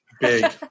Big